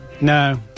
No